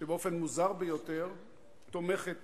שבאופן מוזר ביותר תומכת